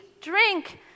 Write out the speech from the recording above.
drink